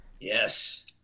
Yes